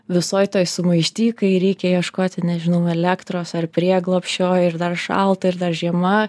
visoj toj sumaišty kai reikia ieškoti nežinau elektros ar prieglobsčio ir dar šalta ir dar žiema